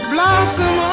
Blossom